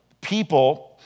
people